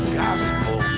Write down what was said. gospel